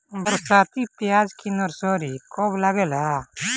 बरसाती प्याज के नर्सरी कब लागेला?